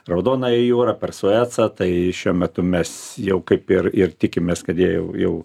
raudonąją jūrą per suecą tai šiuo metu mes jau kaip ir ir tikimės kad jie jau jau